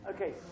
Okay